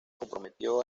comprometió